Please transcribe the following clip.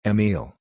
Emil